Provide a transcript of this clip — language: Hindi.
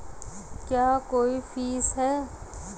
क्या कोई फीस है?